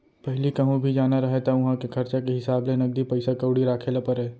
पहिली कहूँ भी जाना रहय त उहॉं के खरचा के हिसाब ले नगदी पइसा कउड़ी राखे ल परय